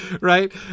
right